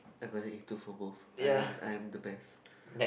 I got an A two for both I am I am the best